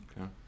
Okay